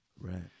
Right